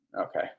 okay